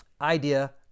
Idea